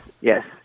yes